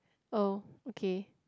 oh okay